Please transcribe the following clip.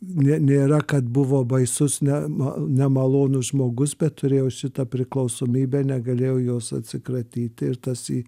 ne nėra kad buvo baisus ne ma nemalonus žmogus bet turėjo šitą priklausomybę negalėjo jos atsikratyti ir tas į